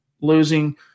losing